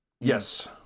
Yes